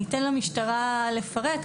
אני אתן למשטרה לפרט.